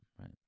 right